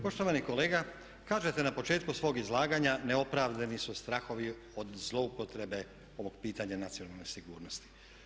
Poštovani kolega, kažete na početku svog izlaganja neopravdani su strahovi od zloupotrebe ovog pitanja nacionalne sigurnosti.